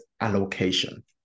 allocation